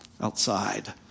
outside